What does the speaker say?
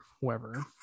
whoever